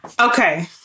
Okay